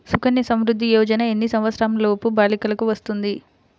సుకన్య సంవృధ్ది యోజన ఎన్ని సంవత్సరంలోపు బాలికలకు వస్తుంది?